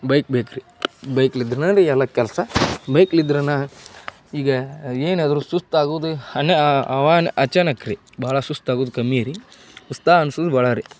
bike ಬೇಕ್ರಿ ಬೈಕ್ಲಿದ್ರೇನ ರೀ ಎಲ್ಲ ಕೆಲಸ ಬೈಕ್ಲಿದ್ರೇನ ಈಗ ಏನಾದರೂ ಸುಸ್ತು ಆಗೋದೇ ಅನ್ಯ ಅವಾನ್ ಅಚಾನಕ್ರಿ ಭಾಳ ಸುಸ್ತು ಆಗೋದು ಕಮ್ಮಿ ರೀ ಉತ್ಸಾಹ ಅನ್ಸೋದು ಭಾಳ ರೀ